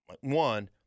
one